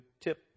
tip